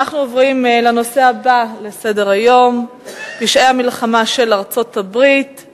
הנושא הבא: הדוחות שפורסמו בעניין פשעי המלחמה של ארצות-הברית,